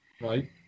Right